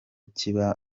kiba